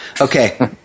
Okay